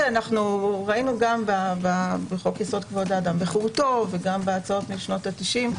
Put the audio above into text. ראינו גם בחוק יסוד: כבוד האדם וחירותו וגם בהצעות משנות ה-90'